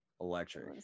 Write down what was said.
Electric